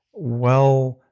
well,